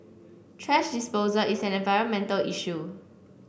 thrash disposal is an environmental issue